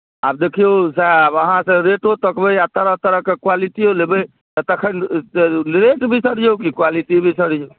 आब देखियौ साहेब अहाँसभ रेटो तकबै आ तरह तरहके क्वालिटियो लेबै तऽ तखन तऽ रेट बिसरियौ कि क्वालिटी बिसरियौ